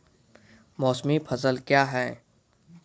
मौसमी फसल क्या हैं?